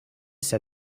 said